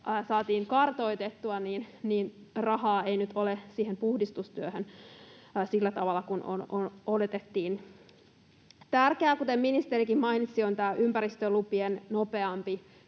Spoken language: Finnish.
saatiin kartoitettua, niin rahaa ei nyt ole siihen puhdistustyöhön sillä tavalla kuin oletettiin. Tärkeää, kuten ministerikin mainitsi, on tämä ympäristölupien nopeampi